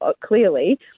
clearly